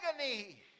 agony